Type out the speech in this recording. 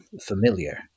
familiar